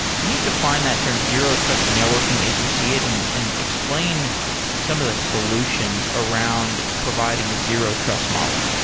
can you define that term zero trust networking as you see it and and explain some of the solutions around providing a zero-trust model?